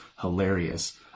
hilarious